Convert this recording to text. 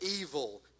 evil